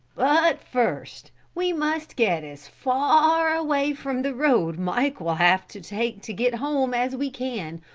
but first we must get as far away from the road mike will have to take to get home as we can,